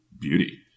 beauty